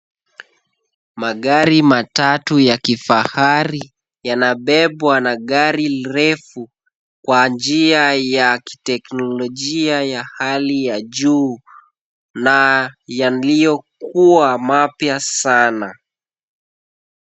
Magari matatu ya kifahari yanabebwa na gari refu kwa njia ya kiteknolojia ya hali ya juu na yaliyokuwa mapya sana.